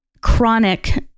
chronic